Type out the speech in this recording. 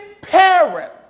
parent